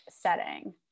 setting